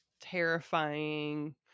terrifying